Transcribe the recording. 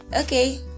Okay